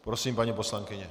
Prosím, paní poslankyně.